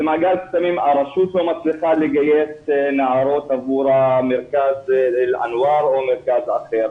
הרשות לא מצליחה לגייס נערות עבור מרכז אל אנואר או מרכז אחר.